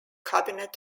cabinet